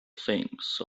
things